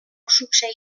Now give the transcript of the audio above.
succeït